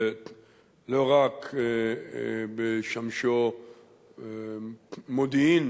לא רק בשמשו מודיעין